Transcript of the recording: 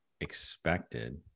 expected